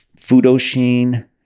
Fudoshin